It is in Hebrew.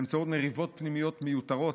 באמצעות מריבות פנימיות מיותרות,